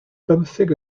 bymtheg